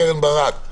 קרן ברק,